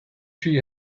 she